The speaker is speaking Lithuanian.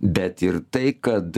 bet ir tai kad